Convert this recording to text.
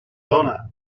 dona